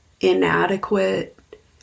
inadequate